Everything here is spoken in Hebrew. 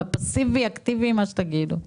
כן,